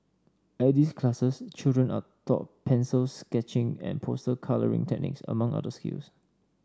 at these classes children are taught pencil sketching and poster colouring techniques among other skills